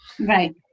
Right